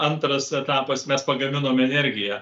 antras etapas mes pagaminom energiją